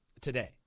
today